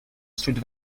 street